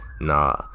nah